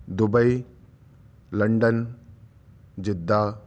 Dubai London Jeddah